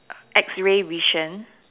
X ray vision